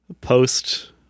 post